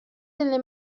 delle